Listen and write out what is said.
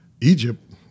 Egypt